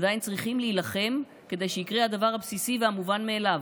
עדיין צריכים להילחם כדי שיקרה הדבר הבסיסי והמובן מאליו,